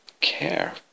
care